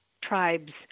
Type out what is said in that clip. tribes